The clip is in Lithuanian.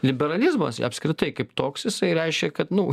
liberalizmas apskritai kaip toks jisai reiškia kad nu